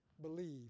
believe